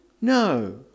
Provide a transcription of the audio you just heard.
No